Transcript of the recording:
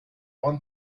one